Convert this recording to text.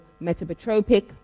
metabotropic